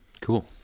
Cool